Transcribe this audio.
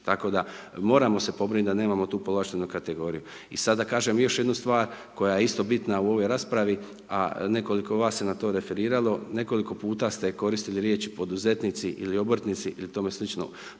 Tako da moramo se pobrinuti da nemamo tu povlaštenu kategoriju. I sad da kažem još jednu stvar, koja je isto bitna u ovoj raspravi a nekoliko vas se na to referiralo nekoliko puta ste koristili riječi poduzetnici ili obrtnici i tome slično,